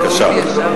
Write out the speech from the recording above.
האמת היא שהם,